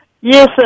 Yes